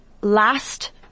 last